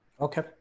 Okay